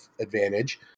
advantage